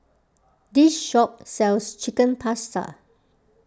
this shop sells Chicken Pasta